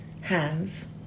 hands